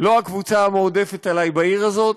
לא הקבוצה המועדפת עלי בעיר הזאת,